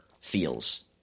feels